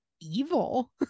evil